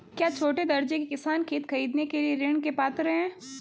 क्या छोटे दर्जे के किसान खेत खरीदने के लिए ऋृण के पात्र हैं?